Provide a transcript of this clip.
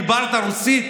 דיברת רוסית,